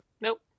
Nope